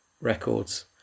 records